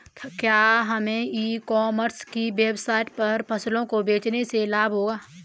क्या हमें e commerce की वेबसाइट पर फसलों को बेचने से लाभ होगा?